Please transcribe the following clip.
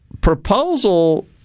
proposal